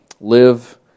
live